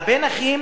הרבה נכים